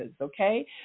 Okay